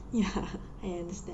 ya I understand